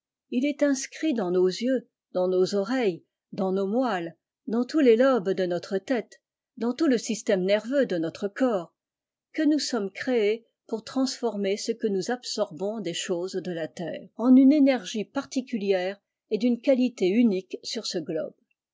il est scrit dans nos yeux dans nos oreilles dans nos moelles dans tous les lobes de notre tète dans tout le système nerveux de notre corps que nous sommes créés pour transformer ce que nous absorbons des choses de la terre en une énergie particulière et d'une qualité unique sur ce globe